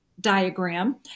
diagram